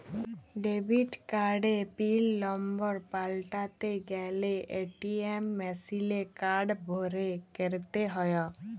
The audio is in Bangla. ডেবিট কার্ডের পিল লম্বর পাল্টাতে গ্যালে এ.টি.এম মেশিলে কার্ড ভরে ক্যরতে হ্য়য়